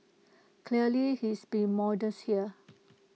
clearly he's being modest here